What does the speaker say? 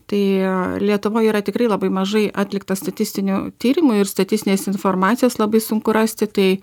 tai lietuvoj yra tikrai labai mažai atlikta statistinių tyrimų ir statistinės informacijos labai sunku rasti tai